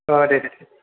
दे दे